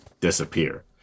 disappear